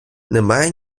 немає